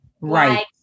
Right